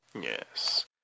Yes